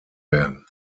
werden